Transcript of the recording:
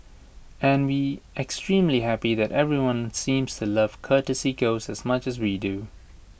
and we extremely happy that everyone seems to love courtesy ghost as much as we do